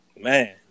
man